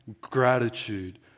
gratitude